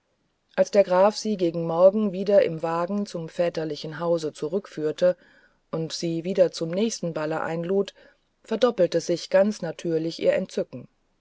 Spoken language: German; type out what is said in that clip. als der graf sie gegen morgen wieder im wagen zum väterlichen hause zurückführte und sie wieder zum nächsten balle einlud verdoppelte sich ganz natürlich ihr entzücken